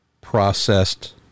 processed